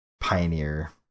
pioneer